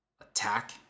attack